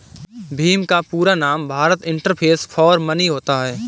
भीम का पूरा नाम भारत इंटरफेस फॉर मनी होता है